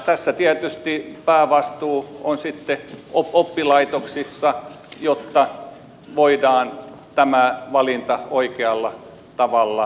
tässä tietysti päävastuu on oppilaitoksissa jotta voidaan tämä valinta oikealla tavalla tehdä